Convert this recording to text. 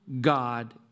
God